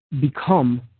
become